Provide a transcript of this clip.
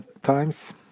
times